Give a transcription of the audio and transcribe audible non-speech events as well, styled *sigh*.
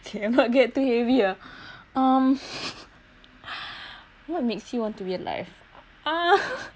okay I'm not that too heavy ah um *laughs* what makes you want to be alive uh